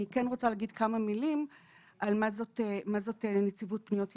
אני כן רוצה להגיד כמה מלים על מה זאת נציבות פניות ילדים.